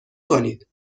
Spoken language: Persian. کنید